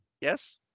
Yes